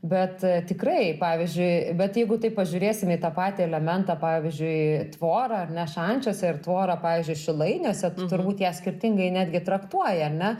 bet tikrai pavyzdžiui bet jeigu taip pažiūrėsim į tą patį elementą pavyzdžiui tvorą ar ne šančiuose ir tvorą pavyzdžiui šilainiuose turbūt jie skirtingai netgi traktuoja ar ne